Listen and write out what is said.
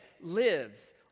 lives